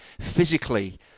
Physically